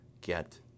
get